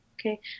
okay